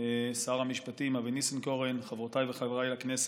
שר המשפטים אבי ניסנקורן, חברותיי וחבריי לכנסת,